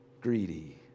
greedy